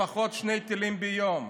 לפחות שני טילים ביום,